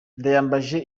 ndayambaje